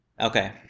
Okay